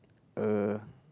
a